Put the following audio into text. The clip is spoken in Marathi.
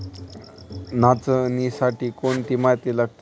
नाचणीसाठी कोणती माती लागते?